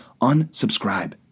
unsubscribe